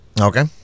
Okay